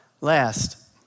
last